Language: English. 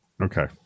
Okay